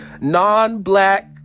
non-black